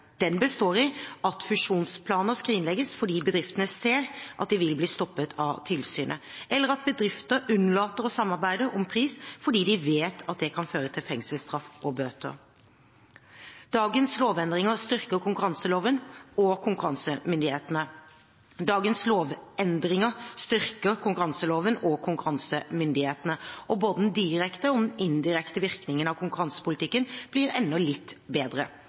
Den består i at fusjonsplaner skrinlegges fordi bedriftene ser at de vil bli stoppet av tilsynet, eller at bedriftene unnlater å samarbeide om pris fordi de vet at det kan føre til fengselsstraff og bøter. Dagens lovendringer styrker konkurranseloven og konkurransemyndighetene, og både den direkte og den indirekte virkningen av konkurransepolitikken blir enda litt bedre.